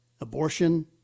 abortion